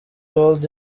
world